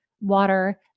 water